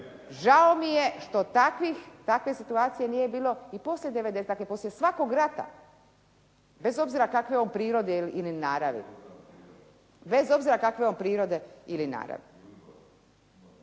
Žao mi je što takve situacije nije bilo i poslije '90.-te. Dakle poslije svakog rata. Bez obzira kakve je on prirode ili naravi.